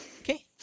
Okay